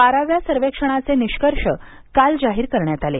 बाराव्या सर्वेक्षणाचे निष्कर्ष काल जाहीर करण्यात आले